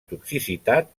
toxicitat